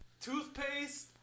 toothpaste